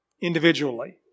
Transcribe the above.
individually